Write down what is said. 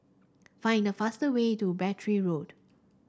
find the faster way to Battery Road